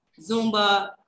Zumba